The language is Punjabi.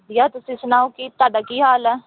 ਵਧੀਆ ਤੁਸੀਂ ਸੁਣਾਓ ਕੀ ਤੁਹਾਡਾ ਕੀ ਹਾਲ ਆ